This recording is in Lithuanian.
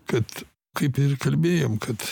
kad kaip ir kalbėjom kad